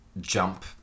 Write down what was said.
jump